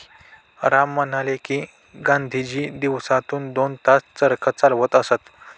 राम म्हणाले की, गांधीजी दिवसातून दोन तास चरखा चालवत असत